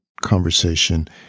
conversation